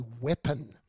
weapon